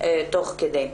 תוך כדי.